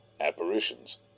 apparitions